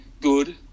good